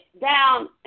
down